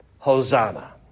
Hosanna